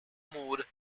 mode